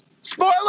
Spoiler